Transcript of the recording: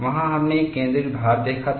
वहां हमने एक केंद्रित भार देखा था